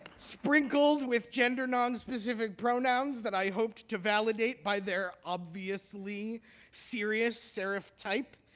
sprinkled with gender nonspecific pronouns that i hoped to validate by their obviously serious serif type,